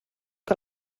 que